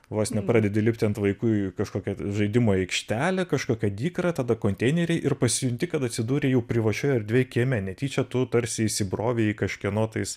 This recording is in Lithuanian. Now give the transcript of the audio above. vos nepradedi lipti ant vaikų į kažkokią žaidimo aikštelę kažkokią dykrą tada konteineriai ir pasijunti kad atsidūrei jau privačioj erdvėj kieme netyčia tu tarsi įsibrovei į kažkieno tais